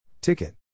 Ticket